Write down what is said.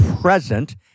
present